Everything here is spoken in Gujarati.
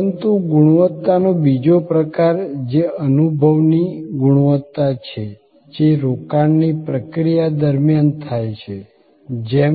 પરંતુ ગુણવત્તાનો બીજો પ્રકાર જે અનુભવની ગુણવત્તા છે જે રોકાણની પ્રક્રિયા દરમિયાન થાય છે જેમ